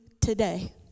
today